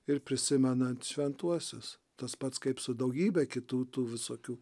ir prisimenant šventuosius tas pats kaip su daugybe kitų tų visokių